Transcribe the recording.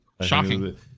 shocking